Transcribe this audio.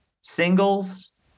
Singles